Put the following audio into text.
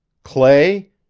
clay?